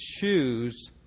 choose